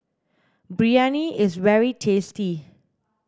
Biryani is very tasty